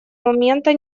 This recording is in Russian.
момента